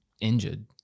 injured